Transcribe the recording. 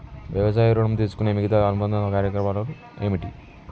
వ్యవసాయ ఋణం తీసుకునే మిగితా అనుబంధ కార్యకలాపాలు ఏమిటి?